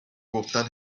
گفتن